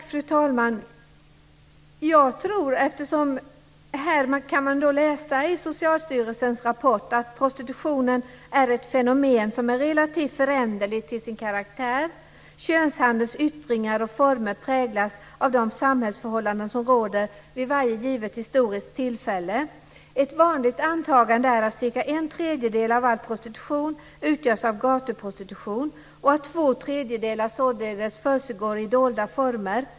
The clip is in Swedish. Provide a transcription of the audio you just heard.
Fru talman! I Socialstyrelsens rapport står det: Prostitutionen är ett fenomen som är relativt föränderligt till sin karaktär. Könshandelns yttringar och former präglas av de samhällsförhållanden som råder vid varje givet historiskt tillfälle. Ett vanligt antagande är att cirka en tredjedel av all prostitution utgörs av gatuprostitution och att två tredjedelar således försiggår i dolda former.